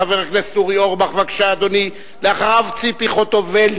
חבר הכנסת אורי אורבך, אחריו, ציפי חוטובלי,